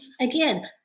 Again